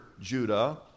Judah